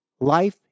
Life